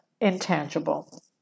intangible